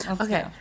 okay